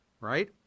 right